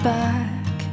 back